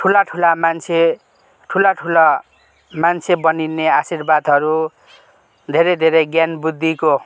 ठुला ठुला मान्छे ठुला ठुला मान्छे बनीने आशिर्वादहरू धेरै धेरै ज्ञान बुद्धिको